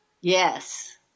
Yes